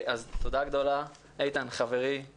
איתן, חברי הטוב והיקר, כבוד לי